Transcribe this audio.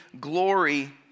glory